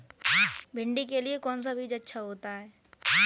भिंडी के लिए कौन सा बीज अच्छा होता है?